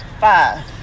Five